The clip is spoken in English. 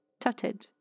tutted